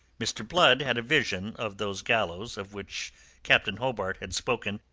mr. blood had a vision of those gallows of which captain hobart had spoken,